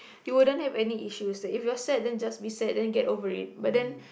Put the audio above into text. you wouldn't have any issues like if you're sad then just be sad then get over it but then